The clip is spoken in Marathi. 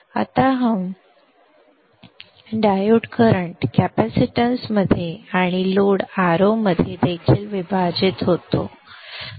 आता हा डायोड करंट कॅपेसिटन्समध्ये आणि लोड Ro मध्ये देखील विभाजित होतो